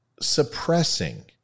suppressing